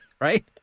Right